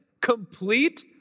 complete